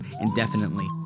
indefinitely